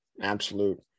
Absolute